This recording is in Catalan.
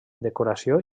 decoració